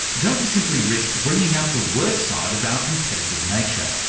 don't we simply risk bringing out the worst side of our competitive nature.